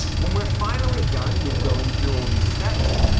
when we're finally done with going through all these steps,